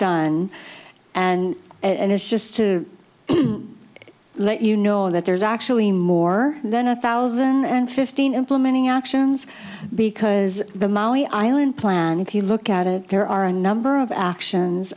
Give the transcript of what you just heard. done and and it's just to let you know that there's actually more than a thousand and fifteen implementing actions because the maui island plan if you look at a there are a number of actions